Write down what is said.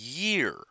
year